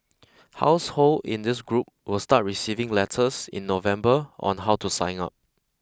household in this group will start receiving letters in November on how to sign up